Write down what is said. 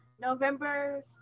November